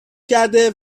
کرده